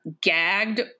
gagged